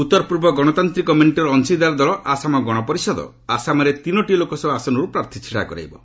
ଉଉର ପୂର୍ବ ଗଣତାନ୍ତିକ ମେଣ୍ଟର ଅଂଶିଦାର ଦଳ ଆସାମ ଗଣପରିଷଦ ଆସାମରେ ତିନୋଟି ଲୋକସଭା ଆସନର୍ ପ୍ରାର୍ଥୀ ଛିଡ଼ା କରିବେ